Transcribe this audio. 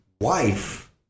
wife